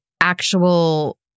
actual